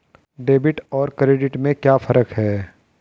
Debit और credit में क्या फर्क है?